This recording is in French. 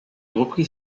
reprit